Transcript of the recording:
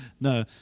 No